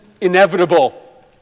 inevitable